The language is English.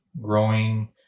Growing